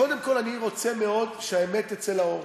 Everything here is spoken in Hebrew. קודם כול אני רוצה מאוד שהאמת תצא לאור.